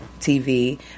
TV